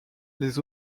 les